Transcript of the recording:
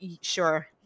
sure